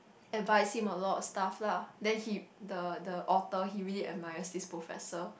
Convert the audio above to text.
advise him a lot of stuff lah then he the the author he really admire this professor